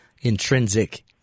Intrinsic